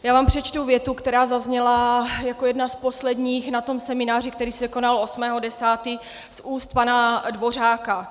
Já vám přečtu větu, která zazněla jako jedna z posledních na tom semináři, který se konal 8. 10., z úst pana Dvořáka.